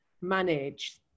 manage